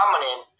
dominant